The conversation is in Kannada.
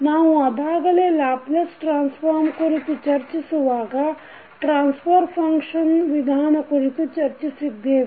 ನಾವು ಅದಾಗಲೇ ಲ್ಯಾಪ್ಲೇಸ್ ಟ್ರಾನ್ಸ್ಫಾರ್ಮ್ ಕುರಿತು ಚರ್ಚಿಸುವಾಗ ಟ್ರಾನ್ಸಫರ್ ಫಂಕ್ಷನ್ ವಿಧಾನ ಕುರಿತು ಚರ್ಚಿಸಿದ್ದೇವೆ